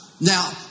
now